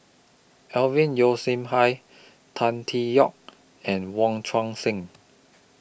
Alvin Yeo Khirn Hai Tan Tee Yoke and Wong Tuang Seng